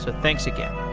so thanks again.